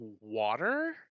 water